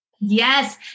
Yes